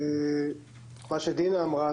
את מה שדינה אמרה.